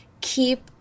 keep